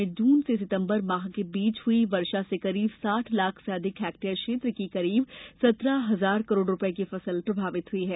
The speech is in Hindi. प्रदेश में जून से सितम्बर माह के बीच हुई वर्षा से करीब साठ लाख से अधिक हेक्टेयर क्षेत्र की करीब सत्रह हजार करोड़ रूपये की फसल प्रभावित हुई है